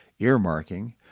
earmarking